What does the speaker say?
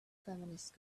feminist